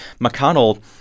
McConnell